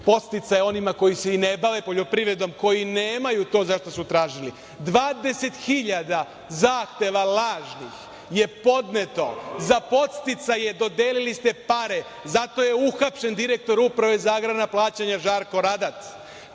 podsticaje onima koji se i ne bave poljoprivredom, koji nemaju to za šta su tražili. Dvadeset hiljada zahteva lažnih je podneto za podsticaje, dodelili ste pare. Zato je uhapšen direktor Uprave za agrarna plaćanja Žarko Radat.